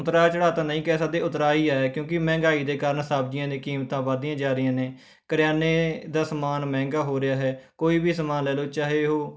ਉਤਰਾਅ ਚੜਾਅ ਤਾਂ ਨਹੀਂ ਕਹਿ ਸਕਦੇ ਉਤਰਾਅ ਹੀ ਆਇਆ ਕਿਉਂਕਿ ਮਹਿੰਗਾਈ ਦੇ ਕਾਰਨ ਸਬਜ਼ੀਆਂ ਦੀਆਂ ਕੀਮਤਾਂ ਵਧਦੀਆਂ ਜਾ ਰਹੀਆਂ ਨੇ ਕਰਿਆਨੇ ਦਾ ਸਮਾਨ ਮਹਿੰਗਾ ਹੋ ਰਿਹਾ ਹੈ ਕੋਈ ਵੀ ਸਮਾਨ ਲੈ ਲਉ ਚਾਹੇ ਉਹ